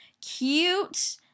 cute